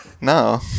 No